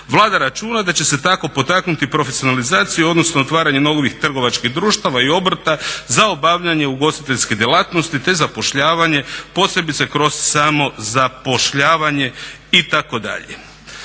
Vlada računa da će se tako potaknuti profesionalizacija odnosno otvaranje novih trgovačkih društava i obrta za obavljanje ugostiteljske djelatnosti te zapošljavanje posebice kroz samozapošljvanje itd..